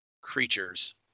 creatures